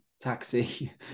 taxi